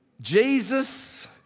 Jesus